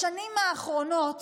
בשנים האחרונות